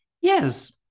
Yes